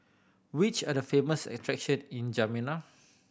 which are the famous attractions in Jamena